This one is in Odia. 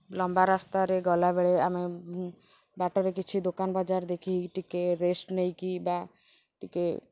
ଲମ୍ବା ରାସ୍ତାରେ ଗଲାବେଳେ ଆମେ ବାଟରେ କିଛି ଦୋକାନ ବଜାର ଦେଖିକି ଟିକିଏ ରେଷ୍ଟ୍ ନେଇକି ବା ଟିକିଏ